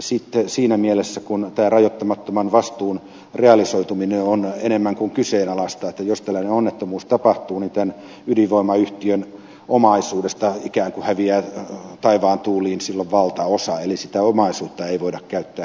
sitten siinä mielessä kun tämä rajoittamattoman vastuun realisoituminen on enemmän kuin kyseenalaista jolloin jos tällainen onnettomuus tapahtuu niin tämän ydinvoimayhtiön omaisuudesta ikään kuin häviää taivaan tuuliin valtaosa eli sitä omaisuutta ei voida käyttää katteena siinä